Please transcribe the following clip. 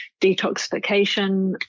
detoxification